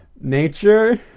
nature